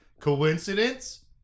Coincidence